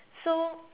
so